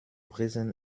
brezen